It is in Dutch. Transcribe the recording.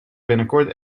binnenkort